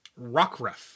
Rockruff